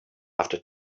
after